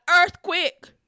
earthquake